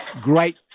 great